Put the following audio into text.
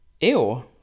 Ew